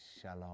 shalom